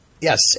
Yes